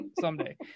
someday